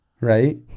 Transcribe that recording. right